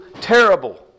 terrible